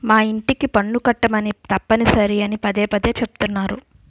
మా యింటికి పన్ను కట్టమని తప్పనిసరి అని పదే పదే చెబుతున్నారు